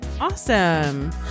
awesome